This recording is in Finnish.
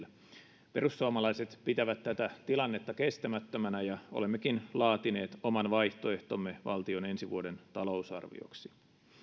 omaisuuden myynneillä perussuomalaiset pitävät tätä tilannetta kestämättömänä ja olemmekin laatineet oman vaihtoehtomme valtion ensi vuoden talousarvioksi